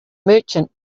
merchant